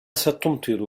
ستمطر